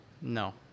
No